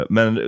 Men